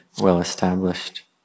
well-established